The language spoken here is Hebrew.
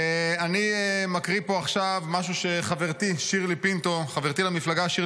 אני מקריא פה עכשיו משהו שחברתי למפלגה שירלי פינטו ביקשה